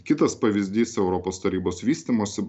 kitas pavyzdys europos tarybos vystymosi